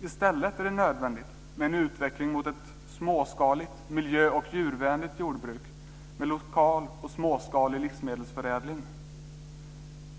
I stället är det nödvändigt med en utveckling mot ett småskaligt miljö och djurvänligt jordbruk med lokal och småskalig livsmedelsförädling.